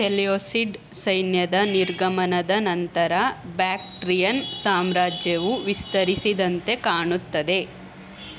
Seleucid ಸೈನ್ಯದ ನಿರ್ಗಮನದ ನಂತರ ಬ್ಯಾಕ್ಟ್ರಿಯನ್ ಸಾಮ್ರಾಜ್ಯವು ವಿಸ್ತರಿಸಿದಂತೆ ಕಾಣುತ್ತದೆ